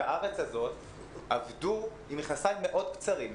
הארץ הזאת עבדו עם מכנסיים קצרים מאוד.